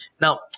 Now